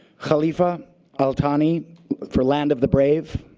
khalifa al-thani for land of the brave.